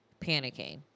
panicking